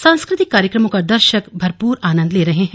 सांस्कृतिक कार्यक्रमों का दर्शक भरपूर आनंद ले रहे हैं